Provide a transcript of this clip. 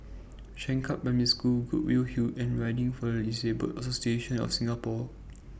Changkat Primary School Goodwood Hill and Riding For The Disabled Association of Singapore